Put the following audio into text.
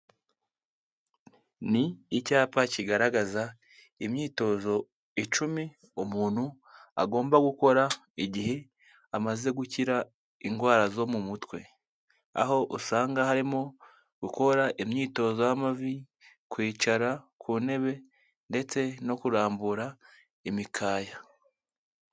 Ni icyapa kigaragaza imyitozo icumi umuntu agomba gukora igihe amaze gukira indwara zo mu mutwe, aho usanga harimo gukora imyitozo y'amavi, kwicara ku ntebe ndetse no kurambura imikaya.